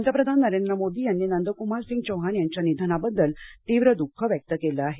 पंतप्रधान नरेंद्र मोदी यांनी नंद कुमार सिंग चौहान यांच्या निधनाबद्दल दुःख व्यक्त केल आहे